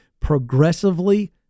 progressively